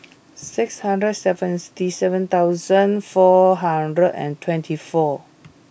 six hundred seventy seven four hundred and twenty four